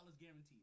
guaranteed